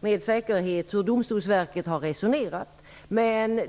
med säkerhet svara för hur Domstolsverket har resonerat.